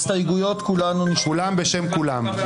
ההסתייגויות כולנו --- כולם בשם כולם.